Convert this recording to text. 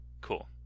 cool